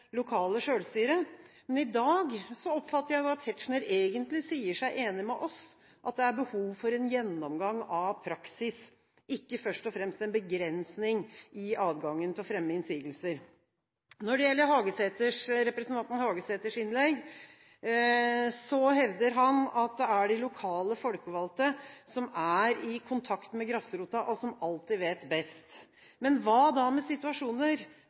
lokale selvstyret», men i dag oppfatter jeg at Tetzschner egentlig sier seg enig med oss, at det er behov for en gjennomgang av praksis, ikke først og fremst en begrensning i adgangen til å fremme innsigelser. Når det gjelder representanten Hagesæters innlegg, hevder han at det er de lokale folkevalgte som er i kontakt med grasrota, og som alltid vet best. Men hva da med situasjoner